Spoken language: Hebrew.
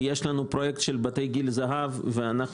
כי יש לנו פרויקטים של בית גיל זהב שאנחנו